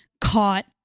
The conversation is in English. caught